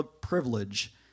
privilege